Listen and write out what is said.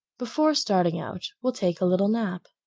before starting out, we'll take a little nap.